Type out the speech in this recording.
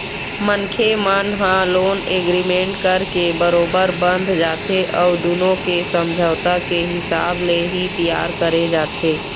मनखे मन ह लोन एग्रीमेंट करके बरोबर बंध जाथे अउ दुनो के समझौता के हिसाब ले ही तियार करे जाथे